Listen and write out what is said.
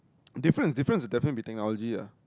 difference difference is definitely technology lah